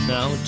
Now